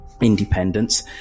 independence